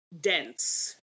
dense